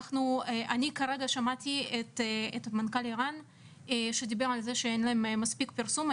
אני כרגע שמעתי את מנכ"ל ער"ן שדיבר על זה שאין להם מספיק פרסום.